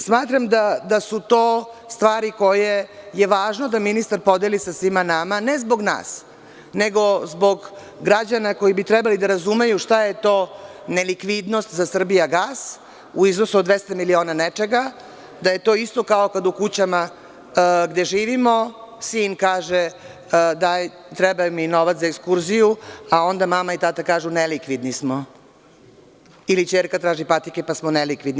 Smatram da su to stvari koje je važno da ministar podeli sa svima nama, ne zbog nas, nego zbog građana, koji bi trebali da razumeju šta je to nelikvidnost za „Srbijagas“ u iznosu od 200 miliona nečega, da je to isto kao kad u kućama, gde živimo, sin kaže da mu treba novac za ekskurziju, a onda mama i tata kažu – nelikvidni smo ili ćerka traži patike, pa smo nelikvidni.